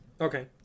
Okay